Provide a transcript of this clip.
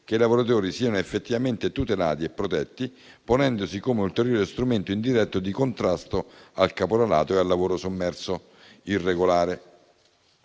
che i lavoratori siano effettivamente tutelati e protetti, ponendosi come ulteriore strumento indiretto di contrasto al caporalato e al lavoro sommerso irregolare.